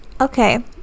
Okay